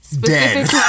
Dead